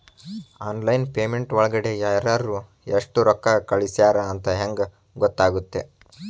Online payment ಒಳಗಡೆ ಯಾರ್ಯಾರು ಎಷ್ಟು ರೊಕ್ಕ ಕಳಿಸ್ಯಾರ ಅಂತ ಹೆಂಗ್ ಗೊತ್ತಾಗುತ್ತೆ?